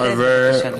בבקשה.